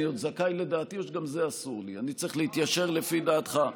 אני עוד זכאי לדעתי או שגם זה אסור לי ואני צריך להתיישר לפי דעתך?